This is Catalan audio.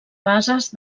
bases